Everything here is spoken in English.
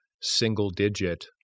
single-digit